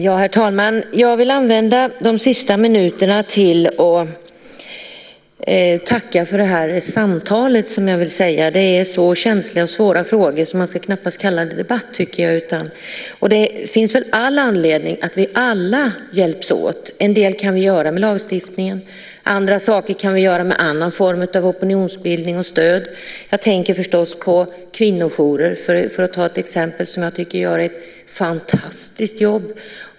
Herr talman! Jag vill använda de sista minuterna till att tacka för det här samtalet. Det är så känsliga och svåra frågor att man knappast ska kalla det debatt. Det finns all anledning för oss alla att hjälpas åt. Vi kan göra en del med lagstiftningen. Vi kan göra andra saker med en annan form av opinionsbildning och stöd. Jag tänker förstås på kvinnojourer, för att ta ett exempel, som jag tycker gör ett fantastiskt jobb.